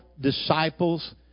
disciples